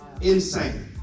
Insane